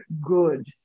good